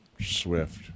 Swift